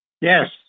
Yes